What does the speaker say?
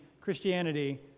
Christianity